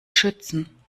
schützen